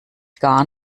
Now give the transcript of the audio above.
gar